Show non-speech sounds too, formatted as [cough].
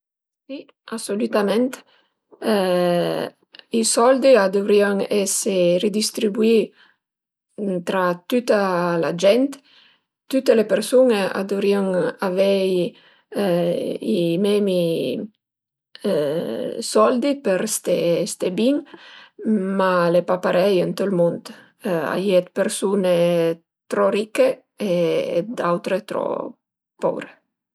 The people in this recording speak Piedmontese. Si asolütament. I soldi a dëvrian ese ridistribuì tra tüta la gent, tüte le persun-e a dëvrian avei [hesitation] i memi [hesitation] soldi për ste ste bin, ma al e pa parei ënt ël mund, a ie d'persun-e tro ricche e d'autre tro poure